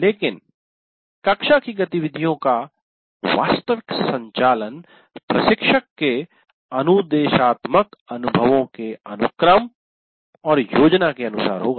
लेकिन कक्षा की गतिविधियों का वास्तविक संचालन प्रशिक्षक के अनुदेशात्मक अनुभवों के अनुक्रम और योजना के अनुसार होगा